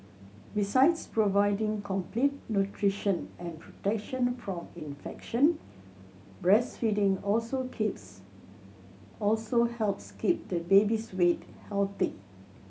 besides providing complete nutrition and protection from infection breastfeeding also keeps also helps keep the baby's weight healthy